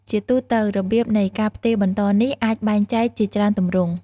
ជាទូទៅ របៀបនៃការផ្ទេរបន្តនេះអាចបែងចែកជាច្រើនទម្រង់។